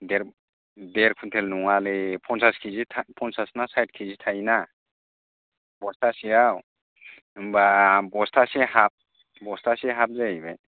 देर देर कुइन्टेल नङालै फनसास केजिथा फनसास ना साइट केजि थायोना बस्थासेयाव होमबा बस्थासे हाभ बस्थासे हाभ जायैबाय